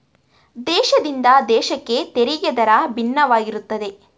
ದೇಶದಿಂದ ದೇಶಕ್ಕೆ ತೆರಿಗೆ ದರ ಭಿನ್ನವಾಗಿರುತ್ತದೆ